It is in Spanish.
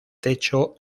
techo